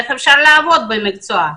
איך אפשר לעבוד במקצוע.